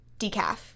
decaf